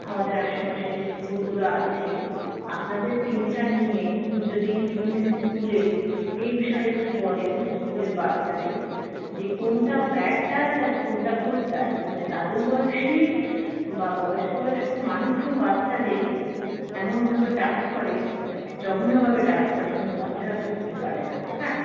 আমাদের আশেপাশে যে স্কুলগুলো আছে আপনাদের টিমটা নিয়ে যদি বিভিন্ন স্কুলে এই বিষয়ে একটু বলেন যে স্কুলের বাচ্চাদের যে কোনটা ব্যাড টাচ আর কোনটা গুড টাচ মানে দাদুর বয়সি বা বয়েস্ক বয়েস্ক মানুষও বাচ্চাদের এমনভাবে টাচ করে জঘন্যভাবে টাচ করে কিন্তু বাচ্চারা বুঝতে পারে না হ্যাঁ